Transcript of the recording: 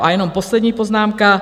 A jenom poslední poznámka.